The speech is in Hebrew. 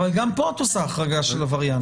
אבל גם פה את עושה החרגה של הווריאנט.